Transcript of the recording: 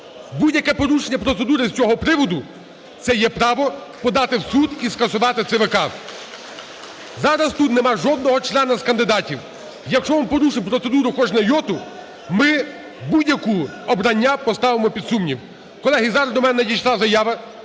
Будь-яке порушення процедури з цього приводу – це є право подати в суд і скасувати ЦВК. Зараз тут немає жодного члена з кандидатів. Якщо ми порушимо процедуру хоч на йоту, ми будь-яке обрання поставимо під сумнів. Колеги, зараз до мене надійшла заява